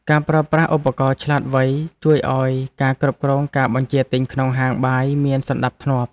ការប្រើប្រាស់ឧបករណ៍ឆ្លាតវៃ ជួយឱ្យការគ្រប់គ្រងការបញ្ជាទិញក្នុងហាងបាយមានសណ្ដាប់ធ្នាប់។